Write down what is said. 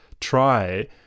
try